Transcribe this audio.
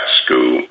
school